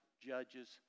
judges